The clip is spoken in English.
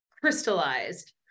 crystallized